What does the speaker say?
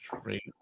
straight